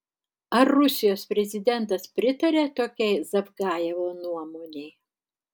ar rusijos prezidentas pritaria tokiai zavgajevo nuomonei